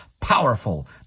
Powerful